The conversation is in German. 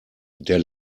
der